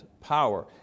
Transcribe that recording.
Power